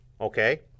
okay